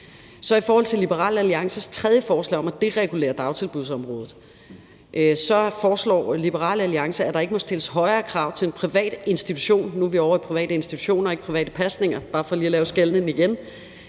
Så er der Liberal Alliances tredje forslag – om at deregulere dagtilbudsområdet. Her foreslår Liberal Alliance, at der ikke må stilles højere krav til en privat institution – nu er vi ovre i private institutioner, ikke private pasningsordninger, bare for lige at lave skillelinjen igen